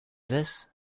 this